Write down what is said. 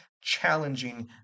challenging